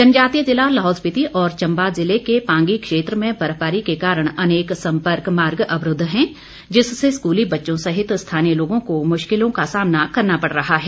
जनजातीय जिला लाहौल स्पीति और चंबा जिले के पांगी क्षेत्र में बर्फबारी के कारण अनेक संपर्क मार्ग अवरूद्व हैं जिससे स्कूली बच्चों सहित स्थानीय लोगों को मुश्किलों का सामना करना पड़ रहा है